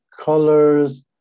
colors